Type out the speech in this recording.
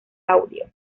audio